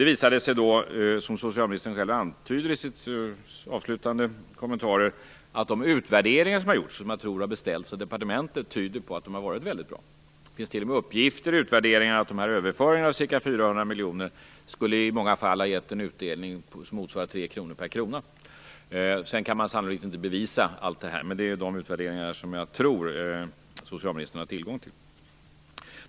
Det visar sig, som socialministern väl antyder i sina avslutande kommentarer, att de utvärderingar som har gjorts, som jag tror har beställts av departementet, tyder på att detta har varit väldigt bra. Det finns t.o.m. uppgifter i utvärderingarna om att dessa överföringar på ca 400 miljoner kronor i många fall har gett en utdelning på motsvarande tre kronor per satsad krona. Man kan sannolikt inte bevisa allt detta, men det är dessa utvärderingar som jag tror att socialministern har tillgång till.